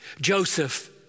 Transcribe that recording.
Joseph